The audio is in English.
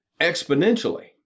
exponentially